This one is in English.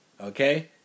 Okay